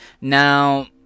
Now